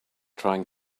trying